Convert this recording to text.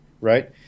right